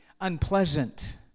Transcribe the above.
unpleasant